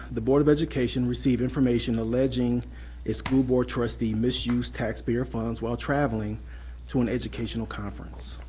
the board of education received information alleging a school board trustee misused taxpayer funds while traveling to an educational conference.